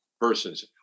persons